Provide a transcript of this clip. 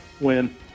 Win